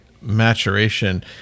maturation